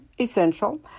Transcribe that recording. essential